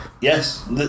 yes